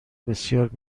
بسیار